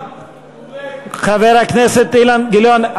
חבר הכנסת אילן גילאון,